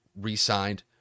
re-signed